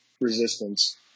resistance